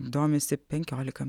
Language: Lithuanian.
domisi penkiolika